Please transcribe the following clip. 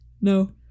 No